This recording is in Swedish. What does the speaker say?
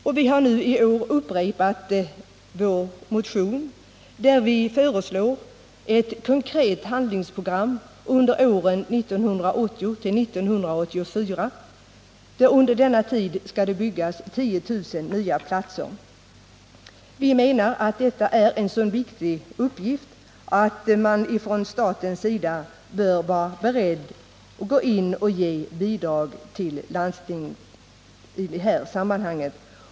I år har vi upprepat vår motion i vilken vi föreslår ett konkret handlingsprogram för åren 1980-1984 under vilken tid, enligt vår mening, 10 000 nya platser bör byggas. Vi menar att detta är en så viktig uppgift att staten bör vara beredd att ge landstingen bidrag.